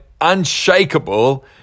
unshakable